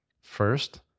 First